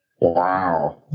Wow